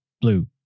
blue